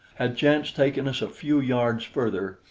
had chance taken us a few yards further,